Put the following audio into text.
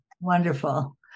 Wonderful